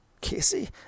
Casey